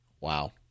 Wow